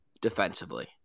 defensively